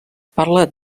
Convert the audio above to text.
parlada